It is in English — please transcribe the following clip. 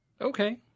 Okay